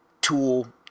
tool